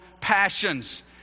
passions